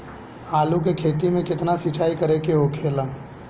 आलू के खेती में केतना सिंचाई करे के होखेला?